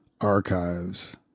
archives